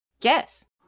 Yes